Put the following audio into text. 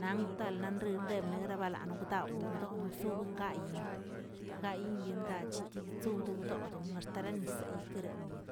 nan gtal nan rre deb negarabalan ongotawꞌ ongdoꞌ ongsuꞌbongayꞌ, gayꞌbyendadchtigꞌsoꞌ bdogdoꞌn xtaranisey tkeremmiet.